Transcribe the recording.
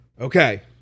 Okay